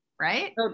right